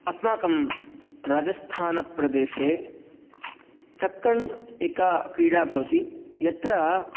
अस्माकं राजस्थानप्रदेशे चक्कण् एका क्रीडा भवति यत्र